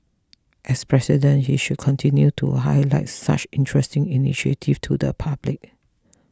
as President he should continue to highlight such interesting initiatives to the public